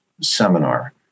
seminar